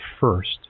first